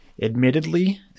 Admittedly